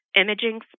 imaging